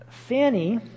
Fanny